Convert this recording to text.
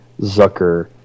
Zucker